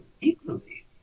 equally